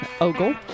Ogle